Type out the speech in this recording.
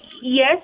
yes